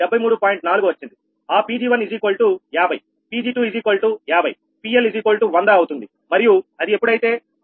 4 వచ్చింది ఆ𝑃𝑔1 50𝑃𝑔250 PL100 అవుతుంది మరియు అది ఎప్పుడైతే 70161